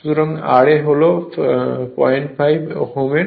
সুতরাং ra হল 05 Ω এর